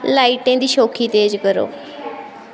लाइटें दी शोखी तेज करो